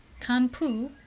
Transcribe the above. Kampu